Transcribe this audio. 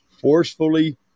forcefully